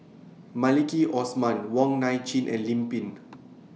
Maliki Osman Wong Nai Chin and Lim Pin